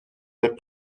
des